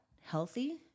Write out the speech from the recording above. healthy